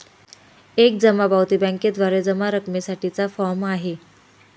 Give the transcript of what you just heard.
एक जमा पावती बँकेद्वारे जमा रकमेसाठी चा फॉर्म आहे